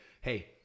hey